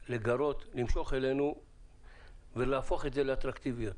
למשוך אלינו ולהפוך את זה לאטרקטיבי יותר.